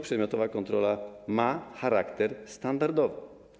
Przedmiotowa kontrola ma charakter standardowy.